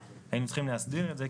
היינו צריכים להסדיר את זה,